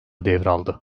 devraldı